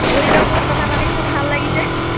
বহু দিনৰ মূৰত কথা পাতিছোঁ ভাল লাগিছে